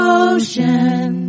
ocean